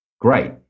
great